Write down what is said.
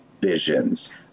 visions